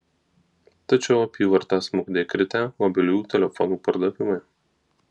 tačiau apyvartą smukdė kritę mobiliųjų telefonų pardavimai